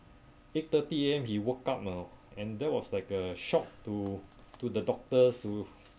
eight thirty A_M he woke up know and that was like a shock to to the doctors to